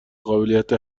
قابلیت